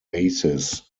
bases